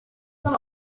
ati